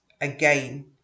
again